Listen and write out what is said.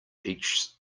each